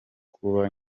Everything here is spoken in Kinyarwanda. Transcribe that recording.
kuba